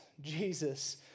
Jesus